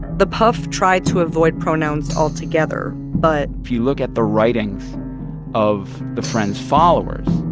the puf tried to avoid pronouns altogether. but. if you look at the writings of the friend's followers,